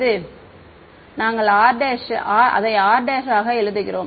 மாணவர் எனவே நாங்கள் அதை r' ஆக எழுதுகிறோம்